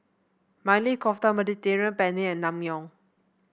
Maili Kofta Mediterranean Penne and Naengmyeon